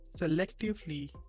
selectively